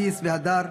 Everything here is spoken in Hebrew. אדיס והדר.